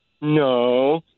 no